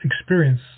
experience